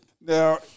Now